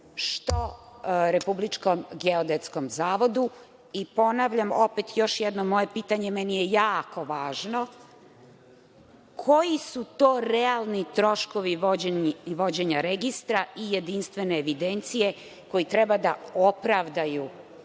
lokalne samouprave, što RGZ?Ponavljam opet još jednom moje pitanje, meni je jako važno, koji su to realni troškovi vođenja registra i jedinstvene evidencije koji treba da opravdaju